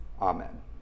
Amen